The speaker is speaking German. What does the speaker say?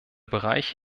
bereich